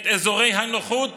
את אזורי הנוחות